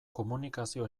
komunikazio